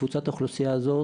קבוצת האוכלוסייה הזאת,